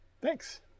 Thanks